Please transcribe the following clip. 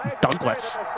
Douglas